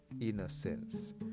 innocence